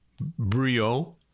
brio